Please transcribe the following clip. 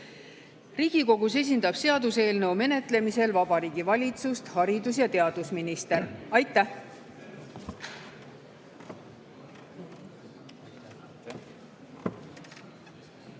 Riigikogus esindab seaduseelnõu menetlemisel Vabariigi Valitsust haridus‑ ja teadusminister. Austatud